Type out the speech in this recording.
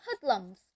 hoodlums